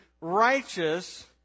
righteous